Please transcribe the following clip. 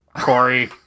Corey